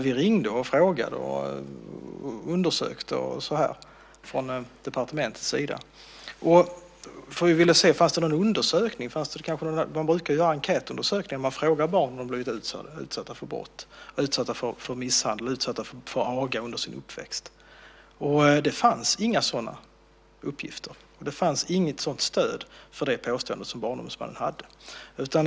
Vi ringde och frågade och undersökte från departementets sida. Vi ville se om det fanns någon undersökning. Man brukar göra enkätundersökningar där man frågar barn om de har blivit utsatta för brott, misshandel och aga under sin uppväxt. Det fanns inga sådana uppgifter. Det fanns inget stöd för detta påstående från Barnombudsmannen.